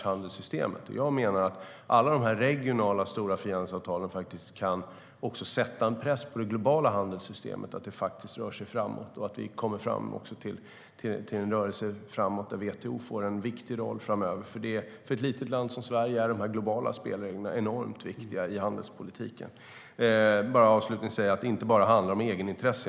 Jag menar att alla de regionala, stora frihandelsavtalen kan sätta press på det globala handelssystemet, så att det rör sig framåt och så att WTO får en viktig roll framöver. För ett litet land som Sverige är de globala spelreglerna enormt viktiga i handelspolitiken. Jag vill avsluta med att säga att det inte bara handlar om egenintresse.